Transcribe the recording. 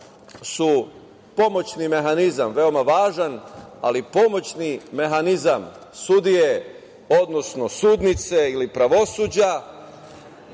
su pomoćni mehanizam, veoma važan ali pomoćni mehanizam sudije odnosno sudnice ili pravosuđa